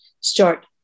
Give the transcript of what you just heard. start